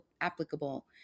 applicable